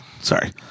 Sorry